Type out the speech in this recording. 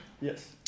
yes